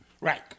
Right